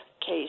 case